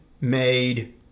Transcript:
made